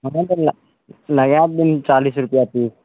हमे तऽ उएह लगाए देब चालीस रुपैआ पीस